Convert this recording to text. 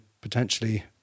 potentially